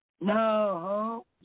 No